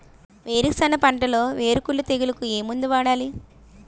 వేరుసెనగ పంటలో వేరుకుళ్ళు తెగులుకు ఏ మందు వాడాలి?